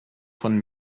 von